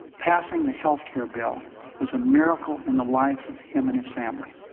passing the health care bill was a miracle in the life of him and his family.